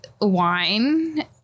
wine